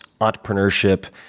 entrepreneurship